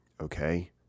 Okay